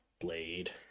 Blade